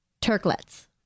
Turklets